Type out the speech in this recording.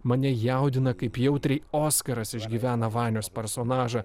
mane jaudina kaip jautriai oskaras išgyvena vanios personažą